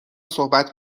صحبت